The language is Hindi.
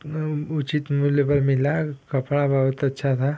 अपना उचित मूल्य पर मिला कपड़ा बहुत अच्छा था